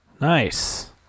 Nice